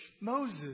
Moses